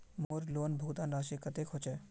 मोर लोन भुगतान राशि कतेक होचए?